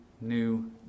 new